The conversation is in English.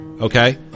okay